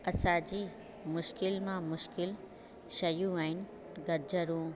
असांजी मुश्किल मां मुश्किल शयूं आहिनि गजरूं